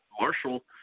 Marshall –